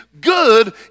good